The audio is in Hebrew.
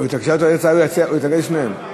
טקטי עכשיו, אבל,